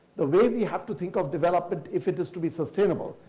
the way we have to think of development if it is to be sustainable,